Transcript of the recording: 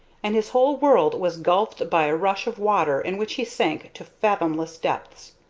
and his whole world was gulfed by a rush of water in which he sank to fathomless depths.